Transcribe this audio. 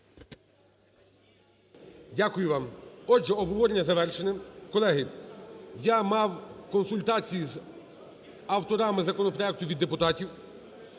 Дякую вам. Отже, обговорення завершене. Колеги, я мав консультації з авторами законопроекту від депутатів.